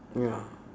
ya